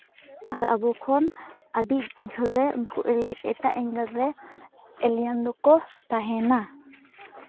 ᱟᱨ ᱟᱵᱚ ᱠᱷᱚᱱ ᱟᱹᱰᱤ ᱡᱷᱟᱹᱞ ᱨᱮ ᱩᱱᱠᱩ ᱮᱴᱟᱜ ᱮᱸᱜᱮᱞ ᱨᱮ ᱮᱞᱤᱭᱟᱱ ᱫᱚᱠᱚ ᱛᱟᱦᱮᱱᱟ